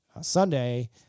Sunday